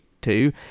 two